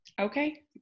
Okay